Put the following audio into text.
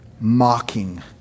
mocking